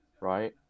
right